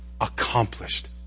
accomplished